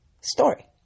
story